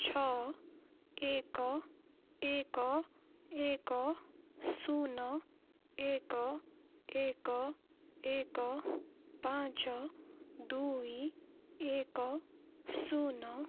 ଛଅ ଏକ ଏକ ଏକ ଶୂନ ଏକ ଏକ ଏକ ପାଞ୍ଚ ଦୁଇ ଏକ ଶୂନ